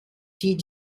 die